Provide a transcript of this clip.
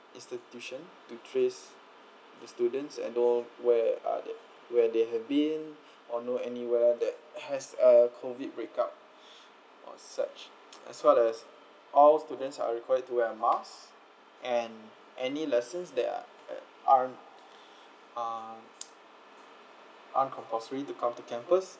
institution to trace the students and know where are they where they have been or know anywhere that has uh COVID break up or such as well as all students are required to wear a mask and any lessons that are uh are uh uncompulsary to come to campus